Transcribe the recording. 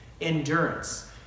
endurance